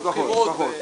פחות.